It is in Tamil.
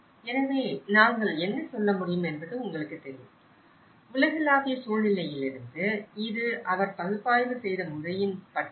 எனவே நாங்கள் என்ன சொல்ல முடியும் என்பது உங்களுக்குத் தெரியும் உலகளாவிய சூழ்நிலையிலிருந்து இது அவர் பகுப்பாய்வு செய்த முறையின் பட்டியல்